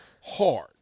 Hard